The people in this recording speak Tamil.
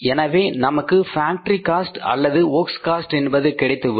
எனவே நமக்கு ஃபேக்டரி காஸ்ட் அல்லது வொர்க்ஸ் காஸ்ட் என்பது கிடைத்துவிடும்